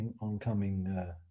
oncoming